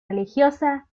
religiosa